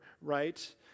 right